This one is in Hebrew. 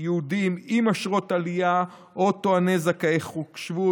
יהודים עם אשרות עלייה או טועני זכאי חוק שבות.